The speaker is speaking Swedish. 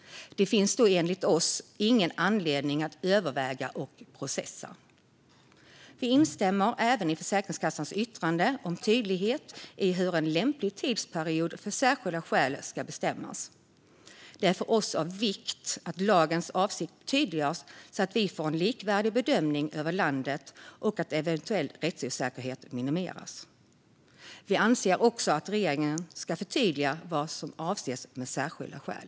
Det finns då enligt oss ingen anledning att överväga och processa. Vi instämmer även i Försäkringskassans yttrande om tydlighet i hur en lämplig tidsperiod för särskilda skäl ska bestämmas. Det är för oss av vikt att lagens avsikt tydliggörs så att vi får en likvärdig bedömning över landet och att eventuell rättsosäkerhet minimeras. Vi anser också att regeringen ska förtydliga vad som avses med särskilda skäl.